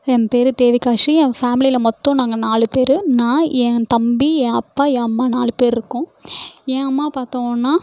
என் பேர் தேவிகாஸ்ரீ என் ஃபேமிலியில் மொத்தம் நாங்கள் நாலு பேர் நான் என் தம்பி என் அப்பா என் அம்மா நாலு பேரிருக்கோம் என் அம்மா பார்த்தோன்னா